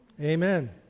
Amen